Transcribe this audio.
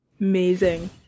amazing